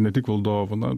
ne tik valdovų na